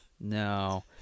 no